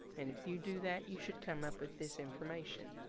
and if you do that, you should come up with this information.